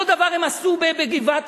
אותו הדבר הם עשו בגבעת-האולפנה,